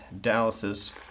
Dallas's